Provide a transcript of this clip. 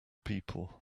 people